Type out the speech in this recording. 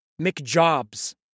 McJobs